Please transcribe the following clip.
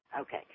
Okay